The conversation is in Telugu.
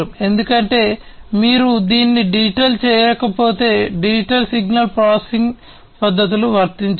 ఎందుకంటే మీరు దీన్ని డిజిటల్ చేయకపోతే డిజిటల్ సిగ్నల్ ప్రాసెసింగ్ పద్ధతులు వర్తించవు